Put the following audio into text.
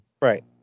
Right